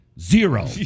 zero